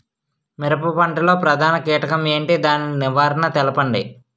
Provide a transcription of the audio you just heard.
మిరప పంట లో ప్రధాన కీటకం ఏంటి? దాని నివారణ తెలపండి?